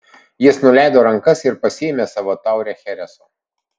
jis nuleido rankas ir pasiėmė savo taurę chereso